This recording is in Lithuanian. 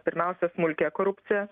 pirmiausia smulkiąją korupciją